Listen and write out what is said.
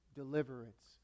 deliverance